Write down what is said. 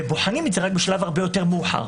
בוחנים את זה רק בשלב הרבה יותר מאוחר.